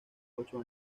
ocho